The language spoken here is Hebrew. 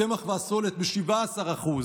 הקמח והסולת ב-17%,